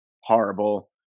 horrible